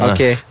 Okay